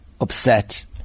upset